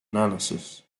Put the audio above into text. analysis